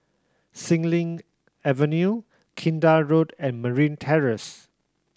Xilin Avenue Kinta Road and Marine Terrace